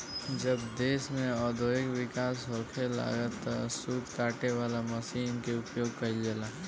जब देश में औद्योगिक विकास होखे लागल तब सूत काटे वाला मशीन के उपयोग गईल जाला